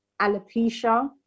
alopecia